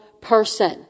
person